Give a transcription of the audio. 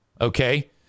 Okay